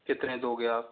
कितने दोगे आप